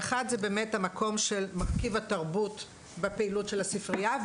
האחת זה באמת המקום של מרכיב התרבות בפעילות של הספרייה,